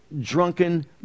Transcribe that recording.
drunken